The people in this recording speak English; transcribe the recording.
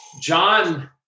John